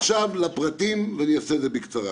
עכשיו לפרטים, ואני אעשה את זה בקצרה.